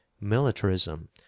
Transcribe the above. militarism